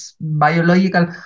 biological